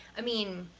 i mean,